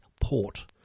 port